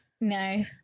No